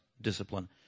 discipline